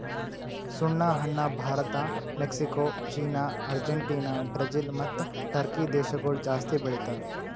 ಸುಣ್ಣ ಹಣ್ಣ Bharat, Mexico, China, Argentina, Brazil ಮತ್ತ ಟರ್ಕಿ ದೇಶಗೊಳ್ ಜಾಸ್ತಿ ಬೆಳಿತಾರ್